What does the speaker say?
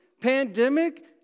Pandemic